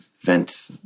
vent